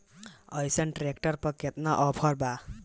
अइसन ट्रैक्टर पर केतना ऑफर बा?